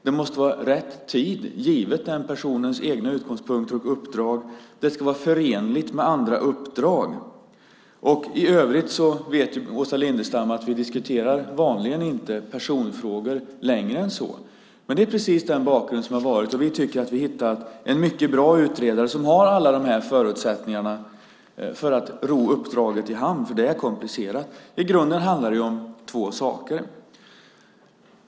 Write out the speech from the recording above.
Det måste vara rätt tid givet personens egna utgångspunkter och uppdrag, och det ska vara förenligt med andra uppdrag. I övrigt vet Åsa Lindestam att vi vanligen inte diskuterar personfrågor längre än så. Detta är precis den bakgrund som har varit, och vi tycker att vi har hittat en mycket bra utredare som har alla dessa förutsättningar för att ro uppdraget i hamn. Det är komplicerat. I grunden handlar det om två saker.